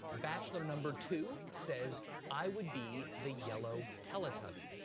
bachelor number two says, i would be the yellow teletubby.